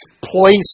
place